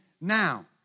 now